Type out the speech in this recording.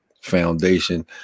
foundation